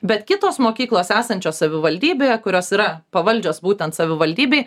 bet kitos mokyklos esančios savivaldybėje kurios yra pavaldžios būtent savivaldybei